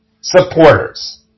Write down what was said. supporters